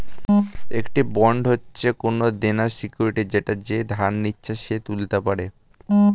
একটি বন্ড মানে হচ্ছে কোনো দেনার সিকিউরিটি যেটা যে ধার নিচ্ছে সে তুলতে পারে